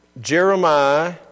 Jeremiah